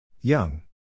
Young